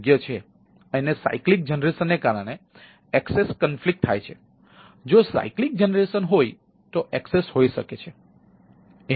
જો cyclic generation હોય તો એક્સેસ હોઈ શકે છે